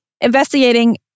investigating